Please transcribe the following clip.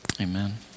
Amen